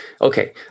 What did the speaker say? Okay